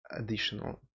Additional